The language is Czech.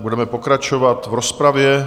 Budeme pokračovat v rozpravě.